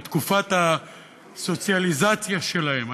בתקופת הסוציאליזציה שלהם.